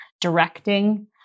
directing